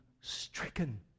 stricken